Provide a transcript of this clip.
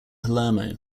palermo